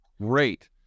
great